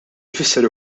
jfisser